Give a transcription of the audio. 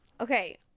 Okay